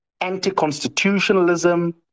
anti-constitutionalism